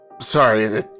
Sorry